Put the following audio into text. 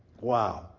Wow